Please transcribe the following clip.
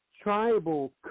tribal